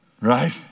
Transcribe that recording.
right